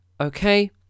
okay